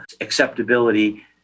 acceptability